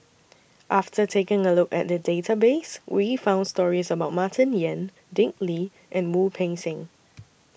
after taking A Look At The Database We found stories about Martin Yan Dick Lee and Wu Peng Seng